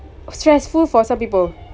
stressful for some people